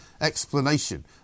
explanation